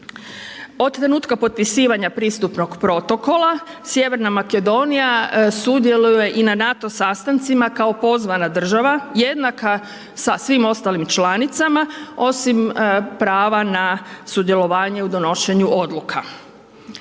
Od trenutka potpisivanja pristupnog protokola, sjeverna Makedonija sudjeluje i na NATO sastancima kao pozvana država jednaka sa svim ostalim članicama osim prava na sudjelovanje u donošenju odluka.